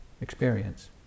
experience